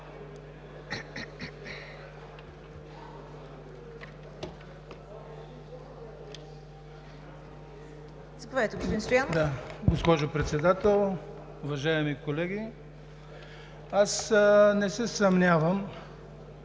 Госпожо Председател! Уважаеми колеги, аз не се съмнявам,